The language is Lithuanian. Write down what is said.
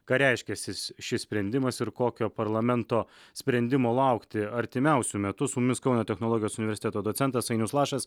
ką reiškęsis šis sprendimas ir kokio parlamento sprendimo laukti artimiausiu metu su mumis kauno technologijos universiteto docentas ainius lašas